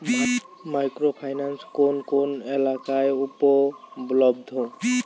Micro finance কোন কোন এলাকায় উপলব্ধ?